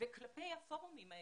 וכלפי הפורומים האלה,